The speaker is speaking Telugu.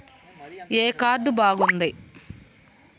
ఏ కార్డు బాగుంది?